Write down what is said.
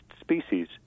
species